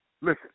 Listen